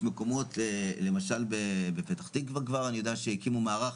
יש מקומות כמו בפתח תקווה אני יודע שהקימו מערך